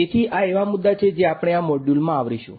તેથી આ એવા મુદ્દા છે જે આપણે આ મોડ્યુલમાં આવરીશું